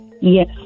Yes